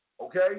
okay